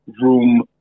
room